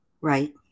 Right